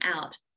out